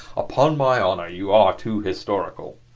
upon my honor, you are too historical!